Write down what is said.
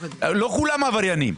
לא כולם עבריינים.